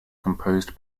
composed